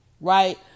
right